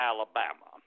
Alabama